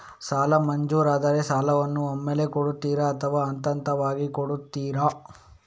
ಸಾಲ ಮಂಜೂರಾದರೆ ಸಾಲವನ್ನು ಒಮ್ಮೆಲೇ ಕೊಡುತ್ತೀರಾ ಅಥವಾ ಹಂತಹಂತವಾಗಿ ಕೊಡುತ್ತೀರಾ?